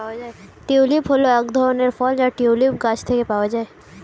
tulip হল এক ধরনের ফুল যা টিউলিপ গাছ থেকে পাওয়া যায়